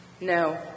No